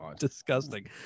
disgusting